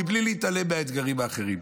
בלי להתעלם מהאתגרים האחרים.